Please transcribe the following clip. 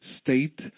state